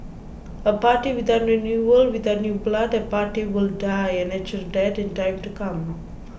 a party without renewal without new blood a party will die a natural death in time to come